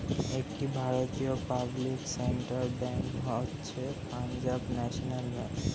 একটি ভারতীয় public sector bank হচ্ছে পাঞ্জাব ন্যাশনাল ব্যাঙ্ক